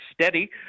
steady